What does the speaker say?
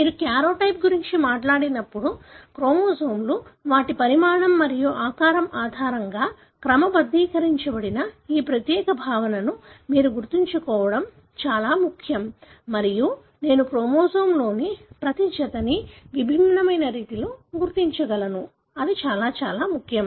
మీరు కార్యోటైప్ గురించి మాట్లాడినప్పుడు క్రోమోజోమ్లు వాటి పరిమాణం మరియు ఆకారం ఆధారంగా క్రమబద్ధీకరించబడిన ఈ ప్రత్యేక భావనను మీరు గుర్తుకు తెచ్చుకోవడం చాలా ముఖ్యం మరియు నేను క్రోమోజోమ్లోని ప్రతి జతని విభిన్నమైన రీతిలో గుర్తించగలను అది చాలా చాలా ముఖ్యం